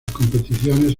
competiciones